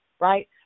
right